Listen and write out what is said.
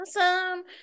Awesome